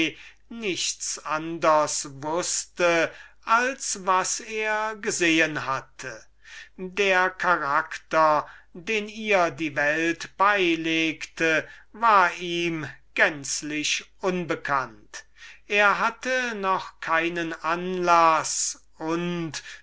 nichts anders wußte als was er gesehen hatte der charakter den ihr die welt beilegte war ihm gänzlich unbekannt er hatte noch keinen anlaß und